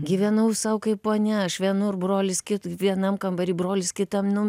gyvenau sau kaip ponia aš vienur brolis vienam kambary brolis kitam nu